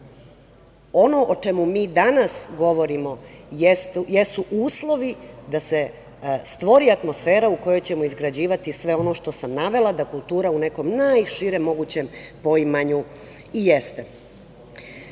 o čemu mi danas govorimo jesu uslovi da se stvori atmosfera u kojoj ćemo izgrađivati sve ono što sam navela, da kultura u nekom najširem mogućem poimanju i jeste.